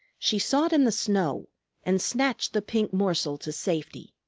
she sought in the snow and snatched the pink morsel to safety.